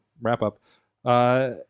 wrap-up